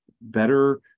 better